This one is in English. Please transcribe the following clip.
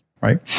right